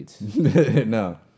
No